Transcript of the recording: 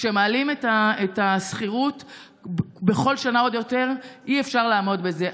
כשמעלים את השכירות בכל שנה עוד יותר אי-אפשר לעמוד בזה.